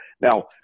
Now